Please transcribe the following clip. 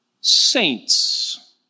Saints